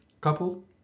couple